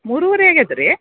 ಮೂರೂವರೆ ಆಗಿದ್ಯಾ ರೀ